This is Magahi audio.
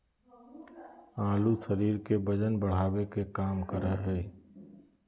आलू शरीर के वजन बढ़ावे के काम करा हइ